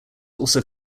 also